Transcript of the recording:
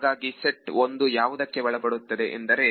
ಹಾಗಾದರೆ ಸೆಟ್ ಒಂದು ಯಾವುದಕ್ಕೆ ಒಳಪಡುತ್ತದೆ ಎಂದರೆ